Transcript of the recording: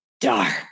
dark